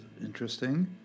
interesting